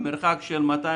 אבל לדעתי,